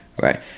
Right